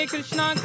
Krishna